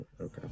okay